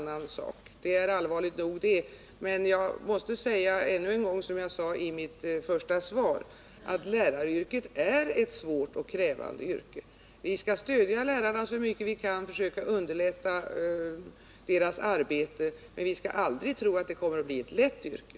ning Väst till Sköv Det är allvarligt nog, men jag vill understryka vad jag sade i svaret: Läraryrket de är ett svårt och krävande yrke. Vi skall stödja lärarna så mycket vi kan och försöka underlätta deras arbete, men vi skall aldrig tro att det kommer att bli ett lätt yrke.